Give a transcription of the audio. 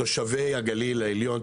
תושבי הגליל העליון,